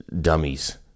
dummies